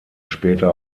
später